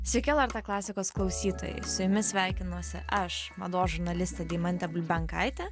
sveiki lrt klasikos klausytojai su jumis sveikinuosi aš mados žurnalistė deimantė bulbenkaitė